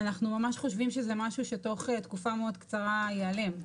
אנחנו ממש חושבים שזה משהו שתוך תקופה מאוד מאוד קצרה ייעלם.